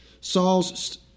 Saul's